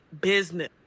business